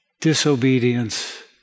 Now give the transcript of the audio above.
disobedience